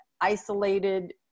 isolated